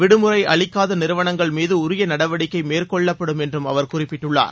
விடுமுறைஅளிக்காதநிறுவனங்கள் மீதஉரியநடவடிக்கைமேற்கொள்ளப்படும் என்றம் அவர் குறிப்பிட்டுள்ளார்